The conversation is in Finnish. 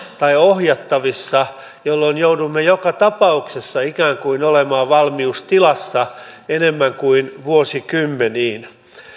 tai ohjattavissa jolloin joudumme joka tapauksessa ikään kuin olemaan valmiustilassa enemmän kuin vuosikymmeniin